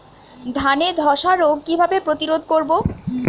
ধানে ধ্বসা রোগ কিভাবে প্রতিরোধ করব?